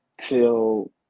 till